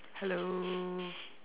hello